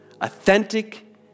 Authentic